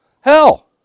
Hell